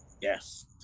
Yes